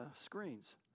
screens